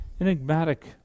enigmatic